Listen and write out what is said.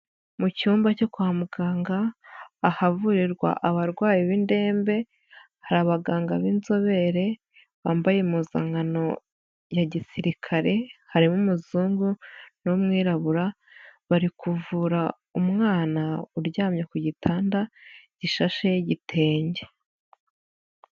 Mu cyumba cyo kwa muganga ahavurirwa abarwayi b'indembe, hari abaganga b'inzobere bambaye impuzankano ya gisirikare, harimo umuzungu n'umwirabura bari kuvura umwana uryamye ku gitanda gishashe igitenge.